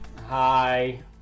Hi